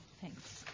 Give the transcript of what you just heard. Thanks